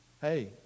Hey